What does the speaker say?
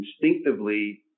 instinctively